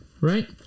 Right